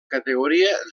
categoria